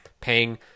paying